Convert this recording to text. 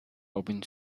robin